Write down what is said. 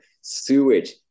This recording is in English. sewage